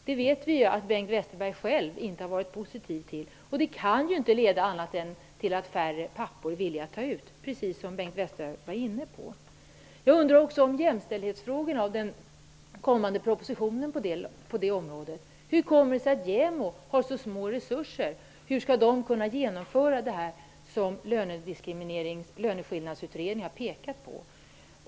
Vi vet ju att Bengt Westerberg själv inte har varit positiv till det. Det kan inte leda till annat än att färre pappor är villiga att ta ut ledighet, precis som Bengt Westerberg var inne på. Löneskillnadsutredningen har pekat på?